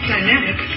Dynamic